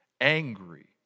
angry